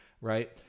right